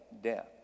death